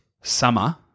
summer